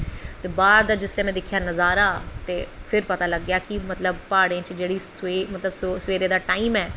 ते बाह्र दा जिसलै में दिक्खेआ नजारा ते फिर पता लग्गेआ कि प्हाड़ें च जेह्ड़ी सवेर सवेरै दा टैम ऐ